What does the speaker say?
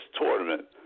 tournament